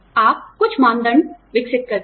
आप कुछ मानदंड विकसित करते हैं